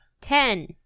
ten